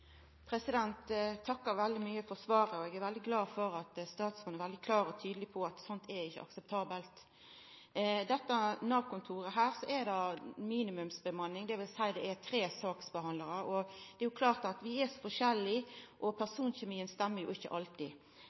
takkar så mykje for svaret, og eg er veldig glad for at statsråden var veldig klar og tydeleg på at slikt ikkje er akseptabelt. Ved dette Nav-kontoret er det ei minimumsbemanning, dvs. at det er tre saksbehandlarar, og det er klart at når vi er så forskjellige, stemmer ikkje alltid